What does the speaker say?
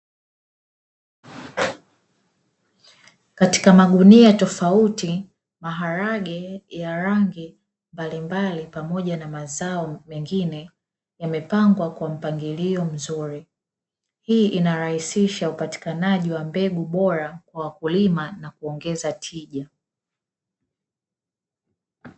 Katika magunia tofauti maharage ya rangi mbalimbali pamoja na mazao mengine yamepangwa kwa mpangilio mzuri, hii inarahisisha upatikanaji wa mbegu bora kwa wakulima na kuongeza tija.